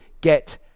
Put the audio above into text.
get